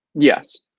yes.